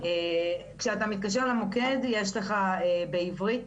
כשאתה מתקשר למוקד יש לך בעברית,